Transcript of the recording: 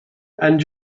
and